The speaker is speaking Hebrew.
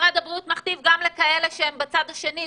משרד הבריאות מכתיב גם לכאלה שהם בצד השני,